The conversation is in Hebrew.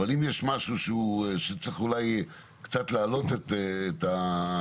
אבל אם יש משהו שצריך אולי קצת להעלות את רף